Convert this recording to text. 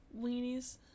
weenies